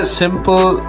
simple